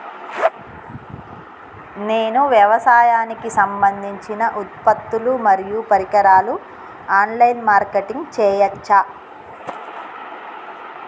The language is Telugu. నేను వ్యవసాయానికి సంబంధించిన ఉత్పత్తులు మరియు పరికరాలు ఆన్ లైన్ మార్కెటింగ్ చేయచ్చా?